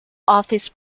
office